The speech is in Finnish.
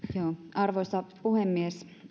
arvoisa puhemies